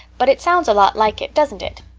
but it sounds a lot like it, doesn't it?